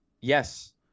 yes